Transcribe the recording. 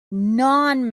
non